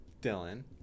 dylan